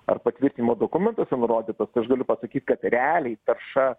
ar patvirtimo dokumentuose nurodytas tai aš galiu pasakyt kad realiai tarša